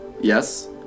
Yes